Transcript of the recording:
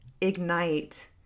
ignite